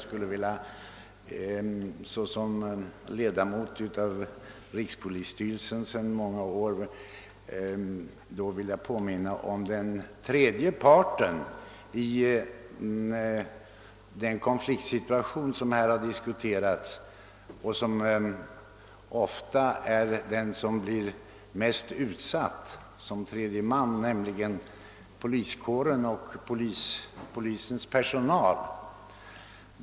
skulle jag vilja påminna om den tredie parten i den konfliktsituation som här diskuterats, den part som ofta blir mest utsatt, nämligen polispersonalen.